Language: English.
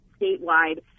statewide